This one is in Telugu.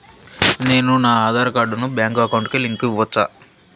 నేను నా ఆధార్ కార్డును బ్యాంకు అకౌంట్ కి లింకు ఇవ్వొచ్చా?